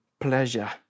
pleasure